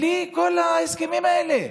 בלי כל ההסכמים האלה.